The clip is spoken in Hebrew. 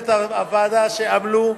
הוועדה שעמלו.